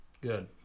Good